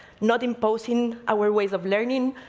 not imposing our ways of learning,